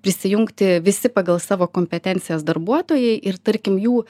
prisijungti visi pagal savo kompetencijas darbuotojai ir tarkim jų